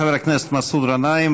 חבר הכנסת מסעוד גנאים,